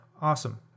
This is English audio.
Awesome